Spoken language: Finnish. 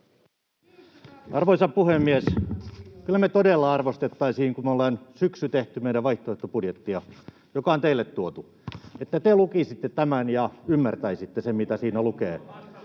Arvoisa puhemies! Kyllä me todella arvostettaisiin, kun me ollaan syksy tehty meidän vaihtoehtobudjettia, joka on teille tuotu, että te lukisitte tämän ja ymmärtäisitte sen, mitä siinä lukee.